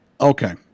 Okay